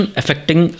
affecting